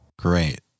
Great